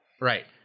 Right